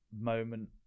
moment